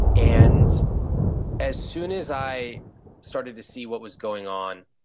and as soon as i started to see what was going on,